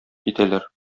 китәләр